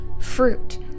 fruit